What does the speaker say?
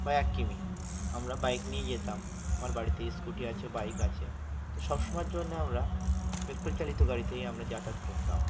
বা এক কিমি আমরা বাইক নিয়েই যেতাম আমার বাড়িতেই স্কুটি আছে বাইক আছে তো সব সময়ের জন্যে আমরা পেট্রোল চালিত গাড়িতেই আমরা যাতায়াত করতাম